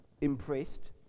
impressed